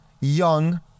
young